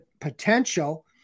potential